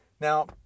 Now